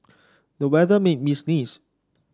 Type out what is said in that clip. the weather made me sneeze